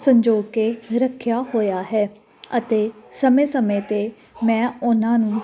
ਸੰਜੋਅ ਕੇ ਰੱਖਿਆ ਹੋਇਆ ਹੈ ਅਤੇ ਸਮੇਂ ਸਮੇਂ 'ਤੇ ਮੈਂ ਉਹਨਾਂ ਨੂੰ